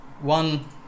One